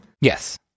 Yes